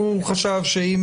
אני,